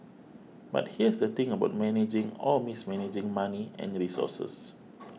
but here's the thing about managing or mismanaging money and resources